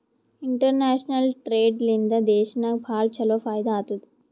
international trade ಲಿಂದಾ ದೇಶನಾಗ್ ಭಾಳ ಛಲೋ ಫೈದಾ ಆತ್ತುದ್